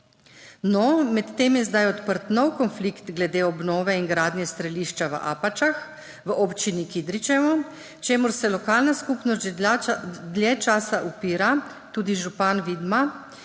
No, med tem je zdaj odprt nov konflikt glede obnove in gradnje strelišča v Apačah v občini Kidričevo, čemur se lokalna skupnost že dlje časa upira, tudi župan Vidma,